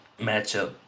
matchup